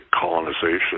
colonization